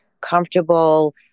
comfortable